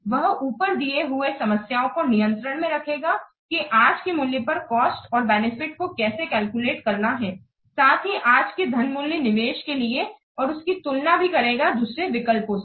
वह ऊपर दिए हुए समस्याओं को नियंत्रण में रखेगा की आज के मूल्य पर कॉस्ट और बेनिफिट को कैसे कैलकुलेट करना है साथ ही आज के धन मूल्य निवेश के लिए और उनकी तुलना भी करेगा दूसरे विकल्पों से